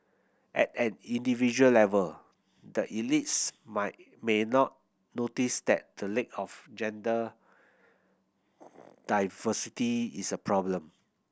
at an individual level the elites my may not notice that the lack of gender diversity is a problem